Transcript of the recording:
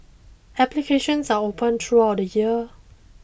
applications are open throughout the year